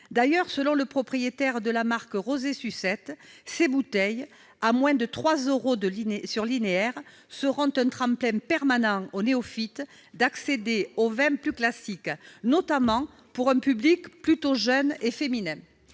Ainsi, selon le propriétaire de la marque Rosé Sucette, « ces bouteilles, à moins de 3 euros sur linéaire, seront un tremplin permettant aux néophytes d'accéder aux vins plus classiques. Notamment pour un public plutôt jeune et féminin